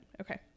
Okay